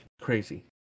Crazy